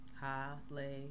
Hallelujah